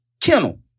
kennel